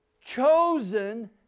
chosen